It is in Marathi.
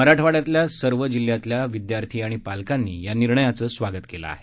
मराठवाड्यातल्या सर्व जिल्ह्यातल्या विद्यार्थी आणि पालकांकडून या निर्णयाचं स्वागत करण्यात येत आहे